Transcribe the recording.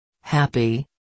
Happy